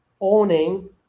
owning